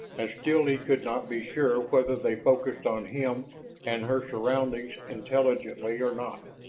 still he could not be sure whether they focused on him and her surroundings intelligently or not.